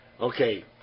Okay